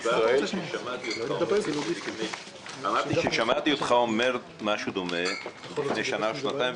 שמעתי אותך אומר משהו דומה לפני שנה או שנתיים,